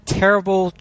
terrible